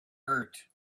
art